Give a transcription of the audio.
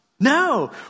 No